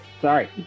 Sorry